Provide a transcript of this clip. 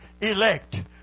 elect